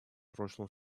прошлом